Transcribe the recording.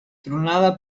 tronada